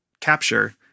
capture